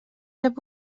rep